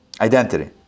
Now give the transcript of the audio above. Identity